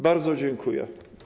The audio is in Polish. Bardzo dziękuję.